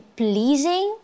pleasing